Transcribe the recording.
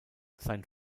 sein